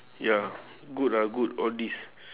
ya good ah good all these